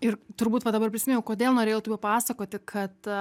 ir turbūt va dabar prisiminiau kodėl norėjau tai papasakoti kad